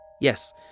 Yes